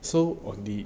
so on this